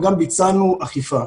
וגם ביצענו אכיפה.